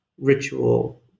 ritual